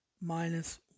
minus